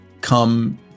come